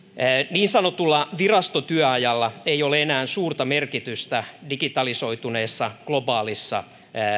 niin sanotulla virastotyöajalla ei ole enää suurta merkitystä digitalisoituneessa globaalissa